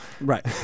Right